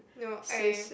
no I